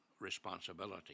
responsibility